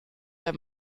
der